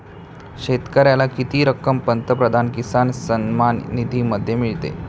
शेतकऱ्याला किती रक्कम पंतप्रधान किसान सन्मान निधीमध्ये मिळते?